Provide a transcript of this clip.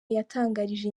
yatangarije